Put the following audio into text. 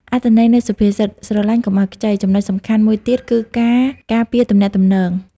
អត្ថន័យនៃសុភាសិត "ស្រឡាញ់កុំឲ្យខ្ចី" ចំណុចសំខាន់មួយទៀតគឺការការពារទំនាក់ទំនង។